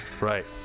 Right